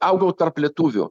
augau tarp lietuvių